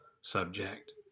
subject